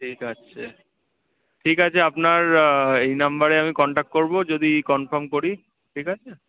ঠিক আছে ঠিক আছে আপনার এই নাম্বারে আমি কন্ট্যাক্ট করবো যদি কনফার্ম করি ঠিক আছে